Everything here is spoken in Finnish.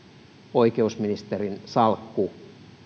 oikeusministerin salkku